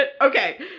Okay